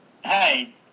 Hey